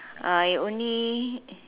I only